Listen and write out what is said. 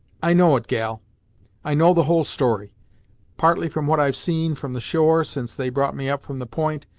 i know it, gal i know the whole story partly from what i've seen from the shore, since they brought me up from the point,